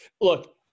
Look